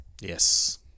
Yes